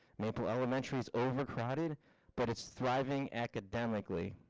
maple elementary is overcrowded but it's thriving academically.